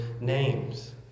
names